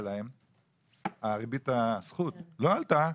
ריבית הזכות לא עלתה.